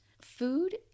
food